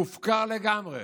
מופקר לגמרי.